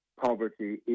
poverty